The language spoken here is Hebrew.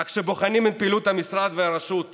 אך כשבוחנים את פעילות המשרד והרשות רואים,